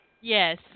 yes